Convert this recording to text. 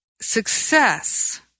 success